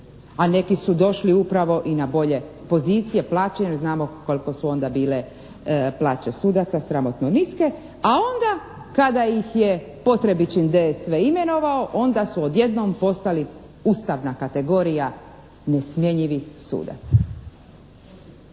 A neki su došli upravo i na bolje pozicije, plaćene, jer znamo koliko su onda bile plaće sudaca, sramotno niske. A onda kada ih je Potrebičin DSV imenovao onda su odjednom postali ustavna kategorija nesmjenjivi sudac.